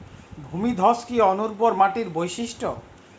ভূমিধস কি অনুর্বর মাটির বৈশিষ্ট্য?